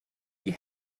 die